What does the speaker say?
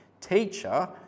Teacher